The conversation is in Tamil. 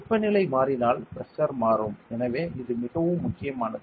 வெப்பநிலை மாறினால் பிரஷர் மாறும் எனவே இது மிகவும் முக்கியமானது